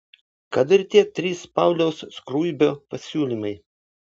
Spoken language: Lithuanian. kad ir tie trys pauliaus skruibio pasiūlymai